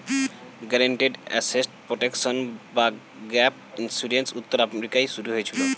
guaranteed asset protection বা gap insurance উত্তর আমেরিকায় শুরু হয়েছিল